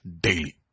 daily